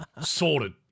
Sorted